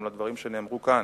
גם לדברים שנאמרו כאן.